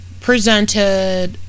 presented